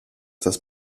das